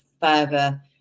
further